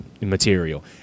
material